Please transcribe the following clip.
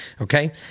Okay